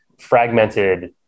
fragmented